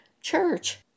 church